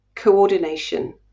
coordination